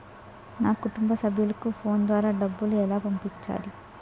నా కుటుంబ సభ్యులకు ఫోన్ ద్వారా డబ్బులు ఎలా పంపించాలి?